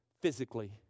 physically